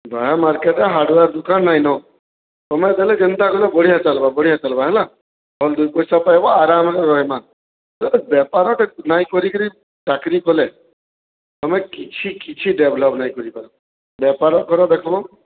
ଦହା ମାର୍କେଟ୍ରେ ହାର୍ଡୱେର ଦୁକାନ ନାଇନ ତମେ ଦେଲେ ଯେନ୍ତା ଦେଲେ ବଢ଼ିଆ ଚାଲିବା ବଢ଼ିଆ ଚାଲ୍ବା ହେଲା ଭଲ୍ ଦୁଇ ପଇସା ପାଇବ ଆରାମ୍ରେ ରହ୍ମା ବେପାରଟେ ନାଇଁ କରିକିରି ଚାକ୍ରୀ କଲେ ତମେ କିଛି କିଛି ଡେଭେଲପ ନାଇଁ କରିପାର ବେପାର କର ଦେଖ୍ବ